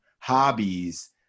hobbies